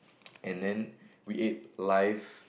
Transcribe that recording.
and then create live